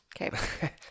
okay